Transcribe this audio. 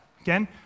Again